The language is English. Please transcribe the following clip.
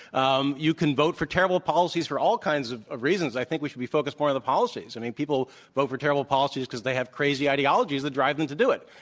um you can vote for terrible policies for all kinds of of reasons. i think we should be focused more on the policies. i mean, people vote for terrible policies because they have crazy ideologies that drive them to do it,